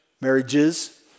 marriages